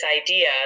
idea